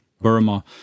Burma